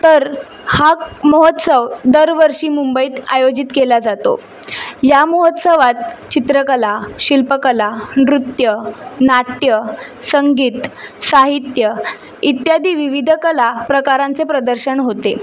तर हा महोत्सव दरवर्षी मुंबईत आयोजित केला जातो या महोत्सवात चित्रकला शिल्पकला नृत्य नाट्य संगीत साहित्य इत्यादी विविध कला प्रकारांचे प्रदर्शन होते